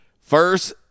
First